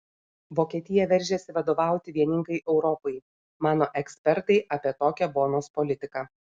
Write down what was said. vokietija veržiasi vadovauti vieningai europai mano ekspertai apie tokią bonos politiką